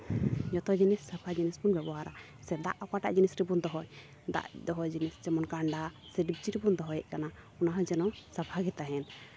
ᱡᱚᱛᱚ ᱡᱤᱱᱤᱥ ᱥᱟᱯᱷᱟ ᱡᱤᱱᱤᱥ ᱵᱚᱱ ᱵᱮᱵᱚᱦᱟᱨᱟ ᱥᱮ ᱫᱟᱜ ᱚᱠᱟᱴᱟᱜ ᱡᱤᱱᱤᱥ ᱨᱮᱵᱚᱱ ᱫᱚᱦᱚᱭ ᱫᱟᱜ ᱫᱚᱦᱚ ᱡᱤᱱᱤᱥ ᱡᱮᱢᱚᱱ ᱠᱟᱸᱰᱟ ᱥᱮ ᱰᱤᱠᱪᱤ ᱨᱮᱵᱚᱱ ᱫᱚᱦᱚᱭᱮᱫ ᱠᱟᱱᱟ ᱚᱱᱟ ᱦᱚᱸ ᱡᱮᱱᱚ ᱥᱟᱯᱷᱟ ᱜᱮ ᱛᱟᱦᱮᱱ